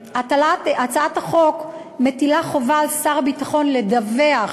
הצעת החוק מטילה חובה על שר הביטחון לדווח